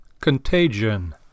Contagion